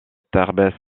tarbes